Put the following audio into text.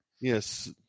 Yes